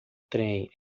trem